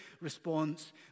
response